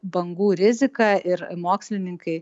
bangų riziką ir mokslininkai